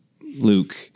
Luke